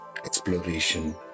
exploration